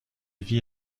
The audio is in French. vit